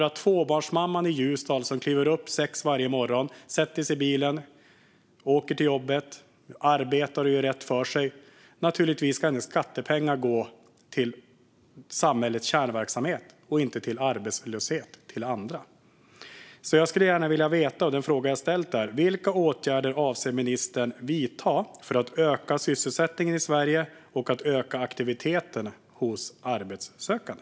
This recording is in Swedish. Tvåbarnsmamman i Ljusdal kliver upp klockan 6 varje morgon, sätter sig i bilen, åker till jobbet och arbetar och gör rätt för sig. Hennes skattepengar ska naturligtvis gå till samhällets kärnverksamhet och inte till att betala för andras arbetslöshet. Jag skulle vilja få svar på den fråga jag har ställt. Vilka åtgärder avser ministern att vidta för att öka sysselsättningen i Sverige och öka aktiviteten hos arbetssökande?